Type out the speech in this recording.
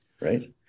right